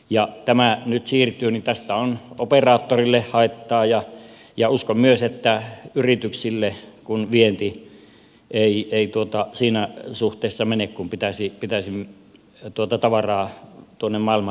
kun tämä nyt siirtyy niin tästä on operaattorille haittaa ja uskon että myös yrityksille kun vienti ei siinä suhteessa mene kuin pitäisi tavaraa tuonne maailmalle viedä